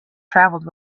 travelled